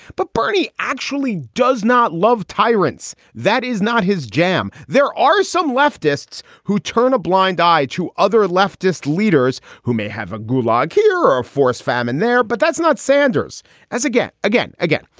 but bernie actually does not love tyrants. that is not his jam. there are some leftists who turn a blind eye to other leftist leaders who may have a gulag here or a forced famine there. but that's not sanders as again, again, again.